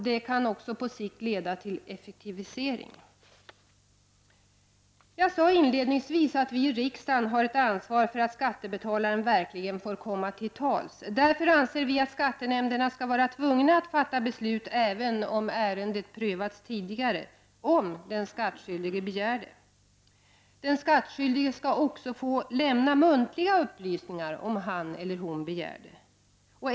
Detta kan på sikt leda till effektivisering. Jag sade inledningsvis att vi riksdagen här tar ansvar för att skattebetalaren verkligen får komma till tals. Därför anser vi att skattenämnderna skall vara tvungna att fatta beslut även om ärendet prövats tidigare, om den skattskyldige begär det. Den skattskyldige skall också få lämna muntliga upplysningar, om han eller hon begär det.